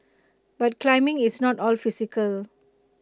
but climbing is not all physical